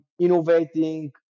innovating